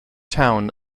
town